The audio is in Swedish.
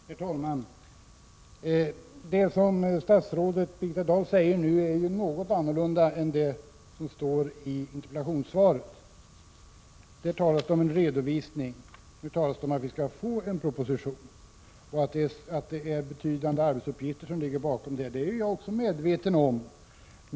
Herr talman! Det som statsrådet Dahl säger nu är något annorlunda än det som står i interpellationssvaret. Där talas det om en redovisning. Nu talas det om att vi skall få en proposition och att det är betydande arbetsuppgifter som ligger bakom detta, vilket jag också är medveten om.